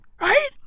Right